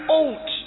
old